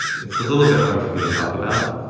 it's a little bit hard for me to talk about.